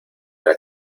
era